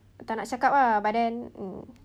tak nak cakap lah but then um